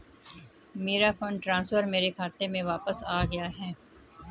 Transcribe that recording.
मेरा fund transfer मेरे खाते में वापस आ गया है